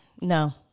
No